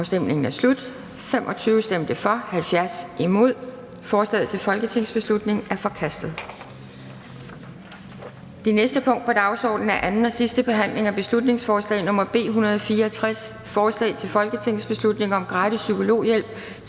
hverken for eller imod stemte 0. Forslaget til folketingsbeslutning er forkastet. --- Det næste punkt på dagsordenen er: 39) 2. (sidste) behandling af beslutningsforslag nr. B 166: Forslag til folketingsbeslutning om at pålægge